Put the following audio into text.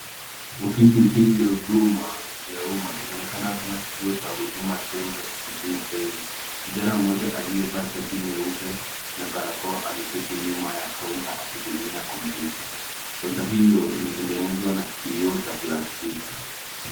Ofisi hii ya huduma ya umma inaonekana kama kituo cha huduma centre nchini Kenya. Kijana mmoja aliyevaa shati nyeupe na barakoa ameketi nyuma ya kaunta akitumia kompyuta. Kaunta hiyo imetengenezwa na kiio cha plastiki.